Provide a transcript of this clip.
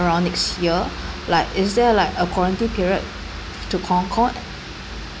around next year like is there like a quarantine period to concord